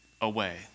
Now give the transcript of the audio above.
away